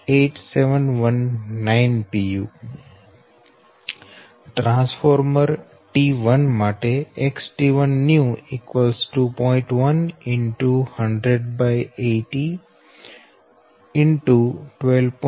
8719 pu transformer T1 માટે XT1 new 0